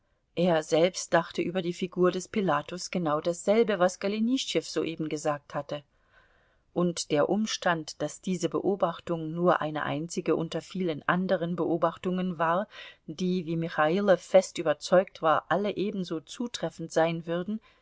er selbst dachte über die figur des pilatus genau dasselbe was golenischtschew soeben gesagt hatte und der umstand daß diese beobachtung nur eine einzige unter vielen anderen beobachtungen war die wie michailow fest überzeugt war alle ebenso zutreffend sein würden